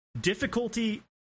difficulty